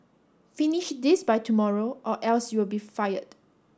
finish this by tomorrow or else you'll be fired